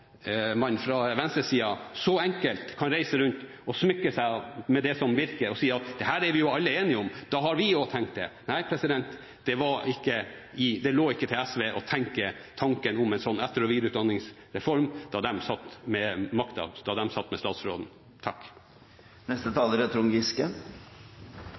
man fra venstresida så enkelt kan reise rundt og smykke seg med det som virker, og si at dette var vi jo alle enige om, da har vi også tenkt det. Nei, det lå ikke til SV å tenke tanken om en sånn etter- og videreutdanningsreform da de satt med makta